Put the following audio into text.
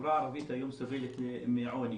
החברה הערבית היום סובלת מעוני,